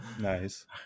Nice